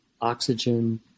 oxygen